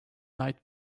night